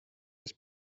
his